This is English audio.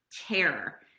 terror